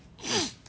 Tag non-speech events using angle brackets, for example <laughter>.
<noise>